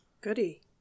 Goody